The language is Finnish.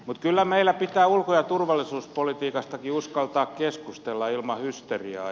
mutta kyllä meillä pitää ulko ja turvallisuuspolitiikastakin uskaltaa keskustella ilman hysteriaa